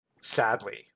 sadly